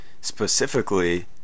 specifically